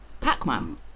Pac-Man